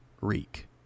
Reek